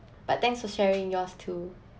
but thanks for sharing yours too